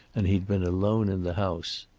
and he'd been alone in the house.